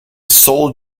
soul